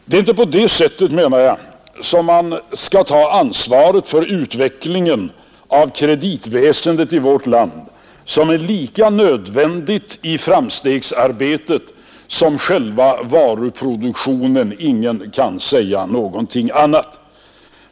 Det är inte en sådan utveckling vi vill ha av vårt lands kreditväsen, vilket ju är lika nödvändigt i framstegsarbetet som själva varuproduktionen; ingen kan säga någonting annat.